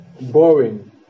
boring